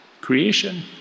creation